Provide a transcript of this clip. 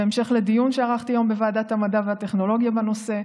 בהמשך לדיון שערכתי היום בוועדת המדע והטכנולוגיה בנושא,